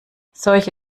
solche